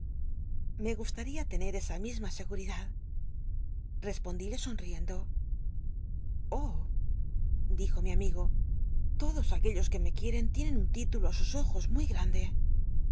me gustaria tener esa misma segu idad rcsiendo pondile son r oh dijo mi amigo lodos aquellos que me quieren tienen un tí tulo á sus ojos muy grande